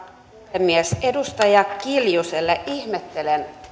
puhemies edustaja kiljuselle ihmettelen